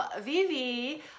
Vivi